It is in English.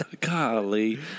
golly